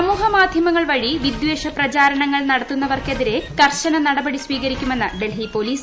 സമൂഹമാധ്യമങ്ങ്ൾ വഴി വിദ്വേഷ പ്രചാരണങ്ങൾ ന് നടത്തുന്നവർക്കെതിരെ കർശന നടപടി സ്വീകരിക്കുമെന്ന് ഡൽഹി പൊലീസ്